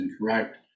incorrect